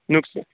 नुकस्